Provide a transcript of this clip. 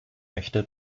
möchte